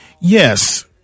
Yes